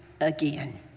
again